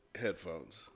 headphones